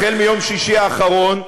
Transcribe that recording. מיום שישי האחרון,